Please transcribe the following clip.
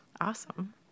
Awesome